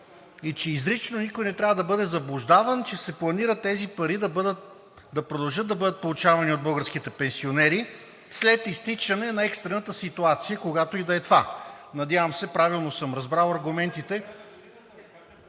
и че изрично никой не трябва да бъде заблуждаван, че се планират тези пари да продължат да бъдат получавани от българските пенсионери след изтичане на екстрената ситуация, когато и да е това. Надявам се, правилно съм разбрал аргументите...